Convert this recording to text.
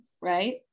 right